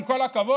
עם כל הכבוד,